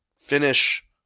finish